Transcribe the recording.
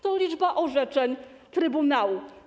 To liczba orzeczeń trybunału.